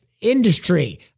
industry